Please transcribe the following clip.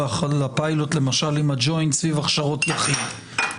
על הפילוט למשל עם הגו'ינט סביב הכשרות יחיד.